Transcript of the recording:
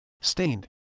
stained